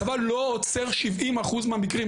הצבא לא עוצר 70 אחוז מהמקרים,